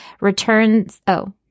returns—oh